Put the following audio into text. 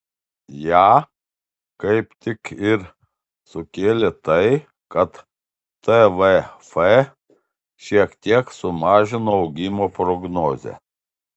ją kaip tik ir sukėlė tai kad tvf šiek tiek sumažino augimo prognozę